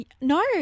No